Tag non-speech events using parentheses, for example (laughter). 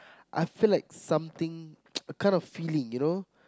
I feel like something (noise) a kind of feeling you know